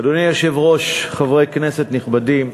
אדוני היושב-ראש, חברי כנסת נכבדים,